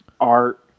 art